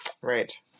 Right